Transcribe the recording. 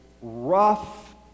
rough